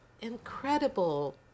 incredible